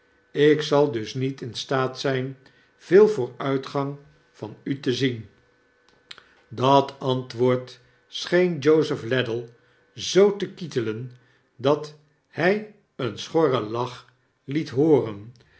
ik zal dus niet in staat zijn veel vooruitgang van u te zien dat antwoord scheen jozef ladle zoo te kittelen dat hij een schorren lach liet hooren